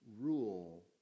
Rule